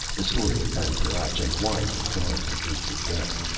the story of ban cruach and why he guards the gates of death.